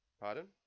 pardon